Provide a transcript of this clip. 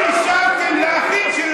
אם יש מורשת לדרוזים,